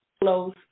close